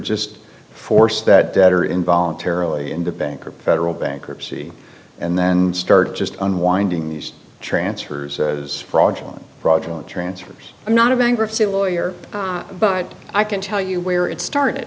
just force that debtor involved terribly in the bankrupt federal bankruptcy and then start just unwinding these transfers as fraudulent project transfers i'm not a bankruptcy lawyer but i can tell you where it started